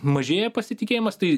mažėja pasitikėjimas tai